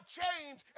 change